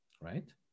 right